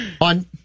on